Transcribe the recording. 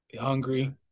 Hungry